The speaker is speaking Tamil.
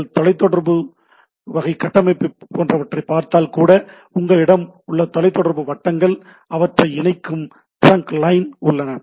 நீங்கள் தொலைதொடர்பு வகை கட்டமைப்பு போன்றவற்றைப் பார்த்தால்கூட உங்களிடம் உள்ள தொலைத் தொடர்பு வட்டங்கள் அவற்றை இணைக்கும் டிரங்க் லைன் உள்ளன